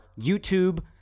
youtube